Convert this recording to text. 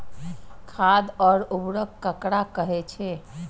खाद और उर्वरक ककरा कहे छः?